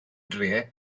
dref